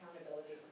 accountability